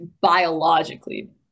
biologically